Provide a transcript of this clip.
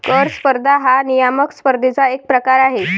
कर स्पर्धा हा नियामक स्पर्धेचा एक प्रकार आहे